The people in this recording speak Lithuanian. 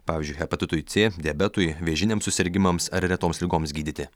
pavyzdžiui hepatitui c diabetui vėžiniams susirgimams ar retoms ligoms gydyti